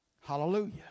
Hallelujah